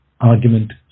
argument